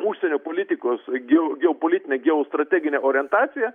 užsienio politikos geo geopolitinę geostrateginę orientaciją